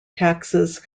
taxes